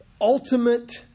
ultimate